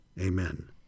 amen